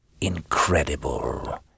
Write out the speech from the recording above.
incredible